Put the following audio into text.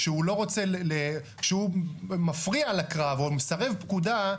כשהוא מפריע לקרב או מסרב פקודה,